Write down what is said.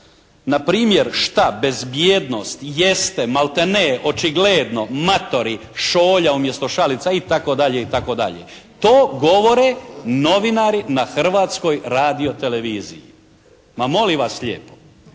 Npr.: šta, bezbjednost, jeste, malte ne, očigledno, matori, šolja umjesto šalica, itd., itd. To govore novinari na Hrvatskoj radioteleviziji. Ma molim vas lijepo.